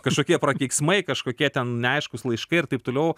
kažkokie prakeiksmai kažkokie ten neaiškūs laiškai ir taip toliau